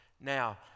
Now